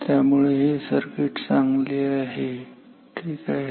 त्यामुळे हे सर्किट चांगले आहे ठीक आहे